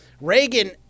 Reagan